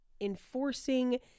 enforcing